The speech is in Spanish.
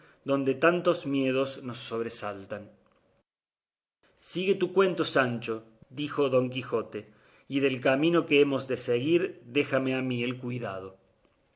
donde tantos miedos nos sobresaltan sigue tu cuento sancho dijo don quijote y del camino que hemos de seguir déjame a mí el cuidado